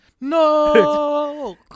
No